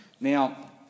Now